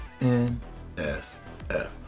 NSF